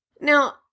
Now